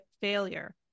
Failure